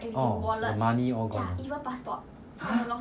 orh the money all gone !huh!